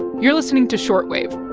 you're listening to short wave.